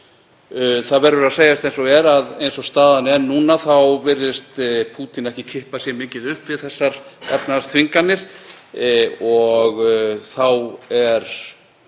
Það verður að segjast eins og er að eins og staðan er núna þá virðist Pútín ekki kippa sér mikið upp við þessar efnahagsþvinganir og þá er